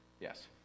Yes